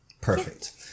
Perfect